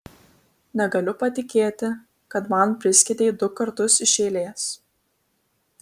negaliu patikėti kad man priskiedei du kartus iš eilės